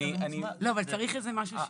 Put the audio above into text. לא, אבל צריך איזה משהו שיהיה.